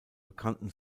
bekannten